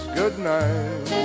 goodnight